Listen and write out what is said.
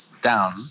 down